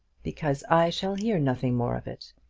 because i shall hear nothing more of it.